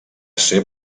ser